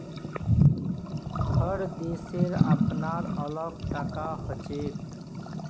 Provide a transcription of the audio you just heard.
हर देशेर अपनार अलग टाका हछेक